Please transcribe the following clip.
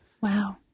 Wow